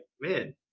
man